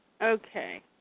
Okay